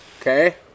Okay